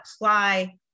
apply